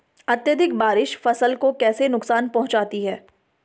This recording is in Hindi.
अत्यधिक बारिश फसल को कैसे नुकसान पहुंचाती है?